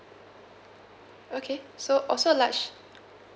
okay so also large